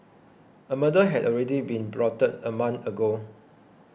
a murder had already been plotted a month ago